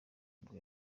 nibwo